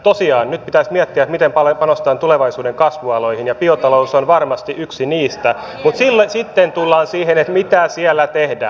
tosiaan nyt pitäisi miettiä miten paljon panostetaan tulevaisuuden kasvualoihin ja biotalous on varmasti yksi niistä mutta sitten tullaan siihen että mitä siellä tehdään